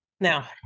Now